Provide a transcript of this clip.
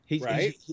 Right